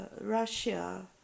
Russia